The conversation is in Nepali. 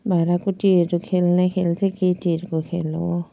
भाँडाकुटीहरू खेल्ने खेल चाहिँ केटीहरूको खेल हो